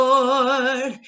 Lord